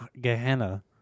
Gehenna